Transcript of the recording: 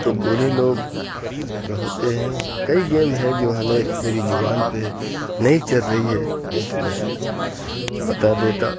تو بوڑھے لوگ جو ہوتے ہیں کئی گیم ہے جو ہمیں میری زبان پہ نہیں چڑ رہی ہے نہیں تو میں بتا دیتا